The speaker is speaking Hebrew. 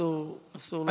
אסור להראות.